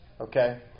Okay